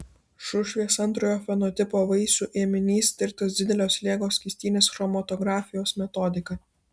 šušvės antrojo fenotipo vaisių ėminys tirtas didelio slėgio skystinės chromatografijos metodika